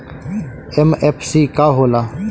MFC का होला?